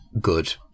good